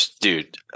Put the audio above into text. dude